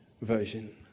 version